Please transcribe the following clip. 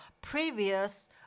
previous